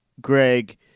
Greg